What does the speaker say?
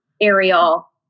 Ariel